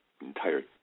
entire